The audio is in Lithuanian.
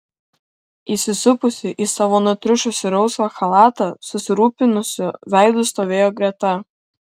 įsisupusi į savo nutriušusį rausvą chalatą susirūpinusiu veidu stovėjo greta